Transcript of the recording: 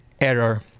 error